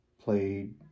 played